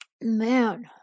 Man